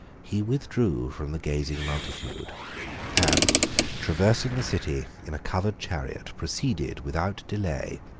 he withdrew from the gazing multitude and traversing the city in a covered chariot, proceeded, without delay,